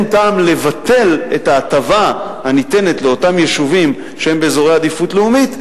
אין טעם לבטל את ההטבה הניתנת לאותם יישובים שהם באזורי עדיפות לאומית,